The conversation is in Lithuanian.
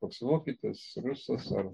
koks vokietis rusas ar